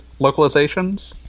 localizations